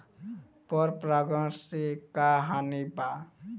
पर परागण से का हानि बा?